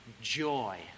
joy